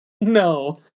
No